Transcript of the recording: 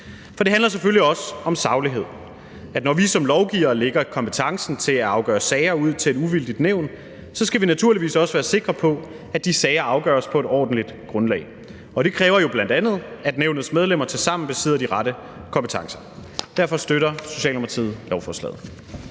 For det handler selvfølgelig også om saglighed: Når vi som lovgivere lægger kompetencen til at afgøre sager ud til et uvildigt nævn, skal vi naturligvis også være sikre på, at de sager afgøres på et ordentligt grundlag. Det kræver jo bl.a., at nævnets medlemmer tilsammen besidder de rette kompetencer. Derfor støtter Socialdemokratiet lovforslaget.